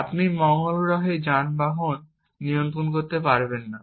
আপনি মঙ্গল গ্রহে যানবাহন নিয়ন্ত্রণ করতে পারবেন না